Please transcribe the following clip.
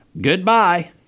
goodbye